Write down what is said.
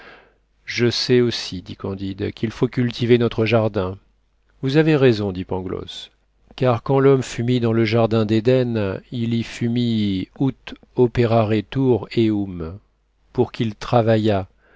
je sais aussi dit candide qu'il faut cultiver notre jardin vous avez raison dit pangloss car quand l'homme fut mis dans le jardin d'éden il y fut mis ut operaretur eum pour qu'il travaillât